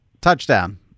touchdown